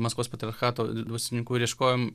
maskvos patriarchato dvasininkų ir ieškojom